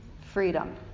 freedom